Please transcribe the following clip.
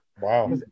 wow